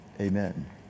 amen